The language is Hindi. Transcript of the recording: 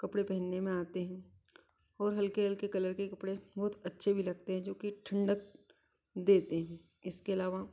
कपड़े पहनने में आते हैं और हल्के हल्के कलर के कपड़े बहुत अच्छे भी लगते हैं जो कि ठण्डक देते हैं इसके अलावा